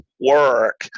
work